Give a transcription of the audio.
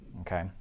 Okay